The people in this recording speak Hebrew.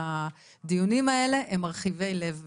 הדיונים האלה הם מרחיבי לב ונפש,